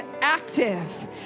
active